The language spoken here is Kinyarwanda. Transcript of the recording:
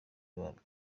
barwo